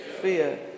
fear